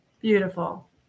Beautiful